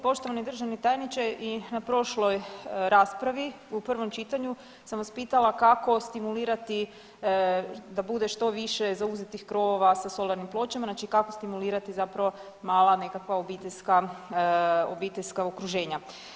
Poštovani državni tajniče i na prošloj raspravi u prvom čitanju sam vas pitala kako stimulirati da bude što više zauzetih krovova sa solarnim pločama, znači kako stimulirati zapravo mala nekakva obiteljska, obiteljska okruženja.